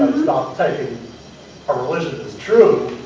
taking religion as true,